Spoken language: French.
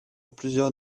plusieurs